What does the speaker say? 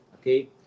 okay